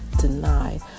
deny